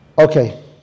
Okay